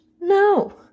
No